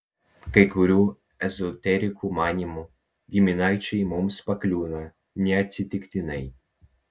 kai kurių ezoterikų manymu giminaičiai mums pakliūna ne atsitiktinai